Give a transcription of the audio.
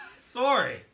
Sorry